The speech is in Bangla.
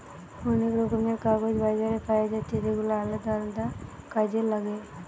অনেক রকমের কাগজ বাজারে পায়া যাচ্ছে যেগুলা আলদা আলদা কাজে লাগে